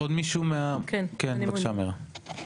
בבקשה, מירב.